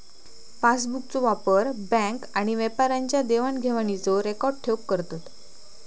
पासबुकचो वापर बॅन्क आणि व्यापाऱ्यांच्या देवाण घेवाणीचो रेकॉर्ड ठेऊक करतत